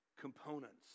components